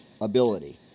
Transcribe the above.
ability